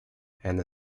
and